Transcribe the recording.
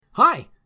Hi